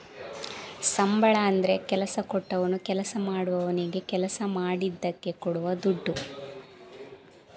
ಸಂಬಳ ಅಂದ್ರೆ ಕೆಲಸ ಕೊಟ್ಟವನು ಕೆಲಸ ಮಾಡುವವನಿಗೆ ಕೆಲಸ ಮಾಡಿದ್ದಕ್ಕೆ ಕೊಡುವ ದುಡ್ಡು